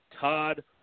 Todd